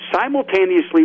simultaneously